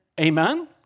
Amen